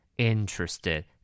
Interested